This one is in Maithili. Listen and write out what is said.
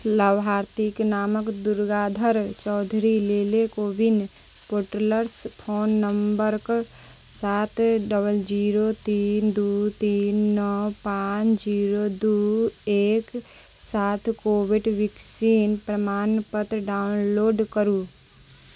लाभार्थीके नामके दुर्गाधर चौधरी लेले कोविन पोर्टलसँ फोन नम्बरके सात डबल जीरो तीन दू तीन नओ पाँच जीरो दू एक सात कोविड वैक्सीन प्रमाणपत्र डाउनलोड करू